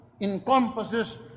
encompasses